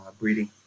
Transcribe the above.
breeding